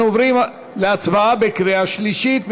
אנחנו עוברים להצבעה בקריאה שלישית.